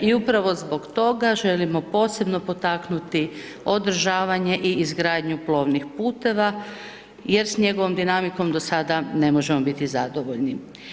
I upravo zbog toga, želimo posebno potaknuti održavanje i izgradnju plovnih puteva, jer s njegovom dinamikom, do sada ne možemo biti zadovoljni.